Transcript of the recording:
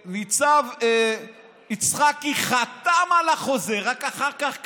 שניצב יצחקי חתם על החוזה ורק אחר כך קרא,